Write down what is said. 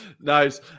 Nice